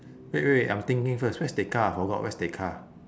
wait wait wait I'm thinking first where's tekka I forgot where's tekka